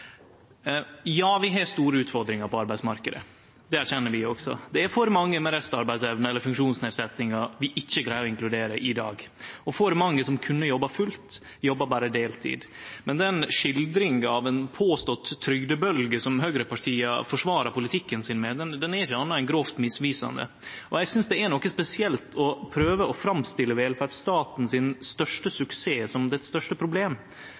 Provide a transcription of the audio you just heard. Ja, vi har store utfordringar på arbeidsmarknaden. Det erkjenner vi også. Det er for mange med restarbeidsevne eller funksjonsnedsetjingar vi ikkje greier å inkludere i dag. Og mange som kunne jobba fulltid, jobbar berre deltid. Men den skildringa av ei påstått trygdebølgje som høgrepartia forsvarar politikken sin med, er ikkje noko anna enn grovt misvisande. Eg synest det er noko spesielt å prøve å framstille velferdsstatens største suksess som det største